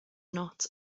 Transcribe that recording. not